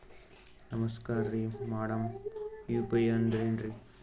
ನಮಸ್ಕಾರ್ರಿ madam UPI ಅಂದ್ರೆನ್ರಿ?